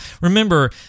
remember